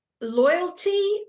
loyalty